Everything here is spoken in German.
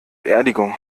beerdigung